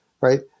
right